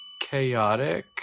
Chaotic